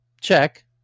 check